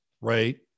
right